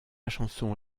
chanson